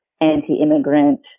anti-immigrant